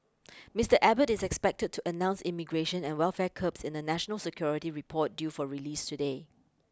Mister Abbott is expected to announce immigration and welfare curbs in a national security report due for release today